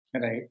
right